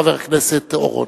חבר הכנסת אורון.